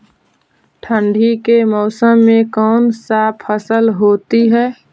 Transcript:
ठंडी के मौसम में कौन सा फसल होती है?